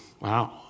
Wow